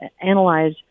analyze